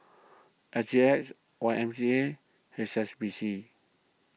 S G H Y M G A H S B C